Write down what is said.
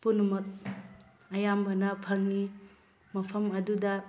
ꯄꯨꯝꯅꯃꯛ ꯑꯌꯥꯝꯕꯅ ꯐꯪꯉꯤ ꯃꯐꯝ ꯑꯗꯨꯗ